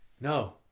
No